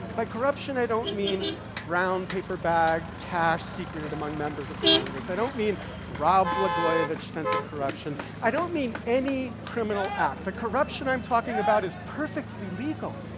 by corruption i don't mean brown paper bag cash secreted among members of congress. i don't mean rod blagojevich sense of corruption. i don't mean any criminal act. the corruption i'm talking about is perfectly legal.